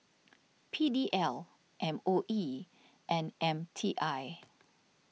P D L M O E and M T I